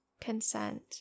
consent